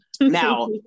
now